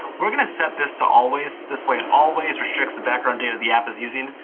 we're going to set this to always, this way it always restricts the background data the app is using.